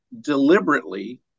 deliberately